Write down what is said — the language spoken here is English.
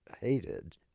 hated